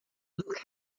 look